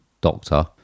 Doctor